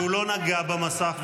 והוא לא נגע במסך,